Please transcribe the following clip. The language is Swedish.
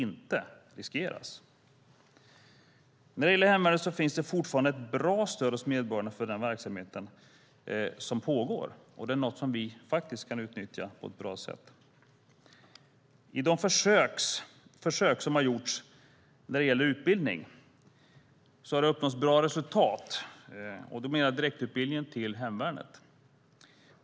När det gäller hemvärnet så finns det fortfarande ett bra stöd hos medborgarna för den verksamhet som pågår, något som vi kan utnyttja. I de försök som har gjorts när det gäller utbildning har det uppnåtts bra resultat, och då menar jag direktutbildningen till hemvärnet.